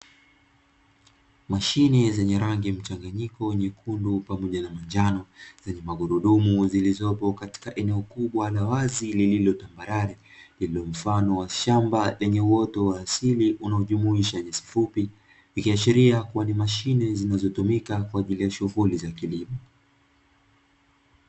Mashine zenye rangi mchanganyiko nyekundu pamoja na njano zenye magurudumu zilizopo katika eneo kubwa la wazi lililotafadhali lililo mfano wa shamba lenye uoto wa asili unaojumuisha nyasi fupi, ikiashiria kuwa ni mashine zinazotumika kwa ajili ya shughuli za kilimo.